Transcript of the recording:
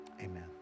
amen